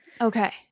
Okay